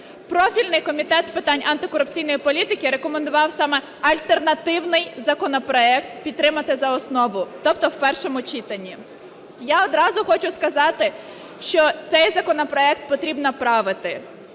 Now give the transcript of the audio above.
Профільний Комітет з питань антикорупційної політики рекомендував саме альтернативний законопроект підтримати за основу, тобто в першому читанні. Я одразу хочу сказати, що цей законопроект потрібно правити